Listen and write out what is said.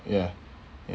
ya ya